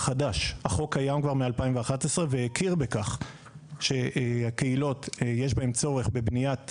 החוק קיים כבר מ-2011 והכיר בכך שיש בקהילות צורך בבנייה עצמית,